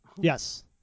Yes